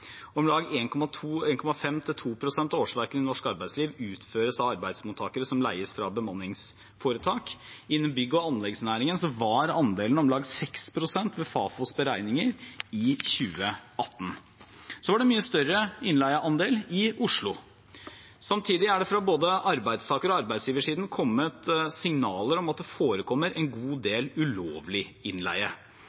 av årsverkene i norsk arbeidsliv utføres av arbeidsmottakere som leies inn fra bemanningsforetak. Innen bygge- og anleggsnæringen var andelen om lag 6 pst. ved Fafos beregninger i 2018. Det var en mye større innleieandel i Oslo. Samtidig er det fra både arbeidstaker- og arbeidsgiversiden kommet signaler om at det forekommer en god del ulovlig innleie. Også de